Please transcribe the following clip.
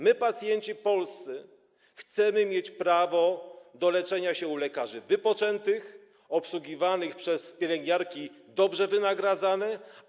My, pacjenci polscy, chcemy mieć prawo do leczenia się u lekarzy wypoczętych, obsługiwanych przez pielęgniarki dobrze wynagradzane.